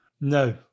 No